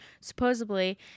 Supposedly